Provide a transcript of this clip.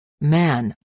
man